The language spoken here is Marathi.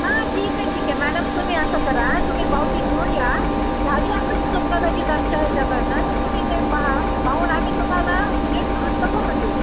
हां ठीक आहे ठीक आहे मॅडम तुम्ही असं करा तुम्ही पावती घेऊन या झाली असेल चूक कदाचित आमच्या ह्याच्याकडून तर तुम्ही ते पाहा पाहून आम्ही तुम्हाला नीट दुरुस्त करून देऊ